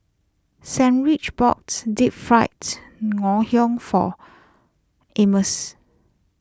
sandwich boats Deep fries Ngoh Hiang for Ammon's